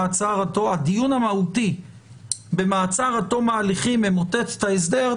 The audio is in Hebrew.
מעצר עד תום ההליכים זה במקסימום 50% מדיוני המעצרים,